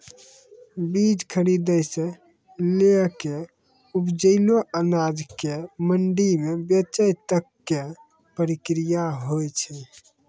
बीज खरीदै सॅ लैक उपजलो अनाज कॅ मंडी म बेचै तक के प्रक्रिया हौय छै